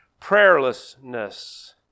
Prayerlessness